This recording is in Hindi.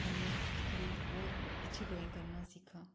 हमने थोड़ी और अच्छी ड्राइंग करना सीखा